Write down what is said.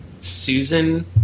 Susan